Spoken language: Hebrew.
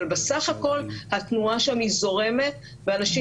אבל בסך הכול התנועה שם זורמת ואנשים